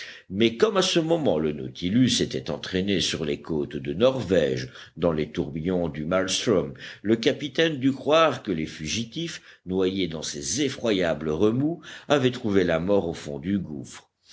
mais comme à ce moment le nautilus était entraîné sur les côtes de norvège dans les tourbillons du maëlstrom le capitaine dut croire que les fugitifs noyés dans ces effroyables remous avaient trouvé la mort au fond du gouffre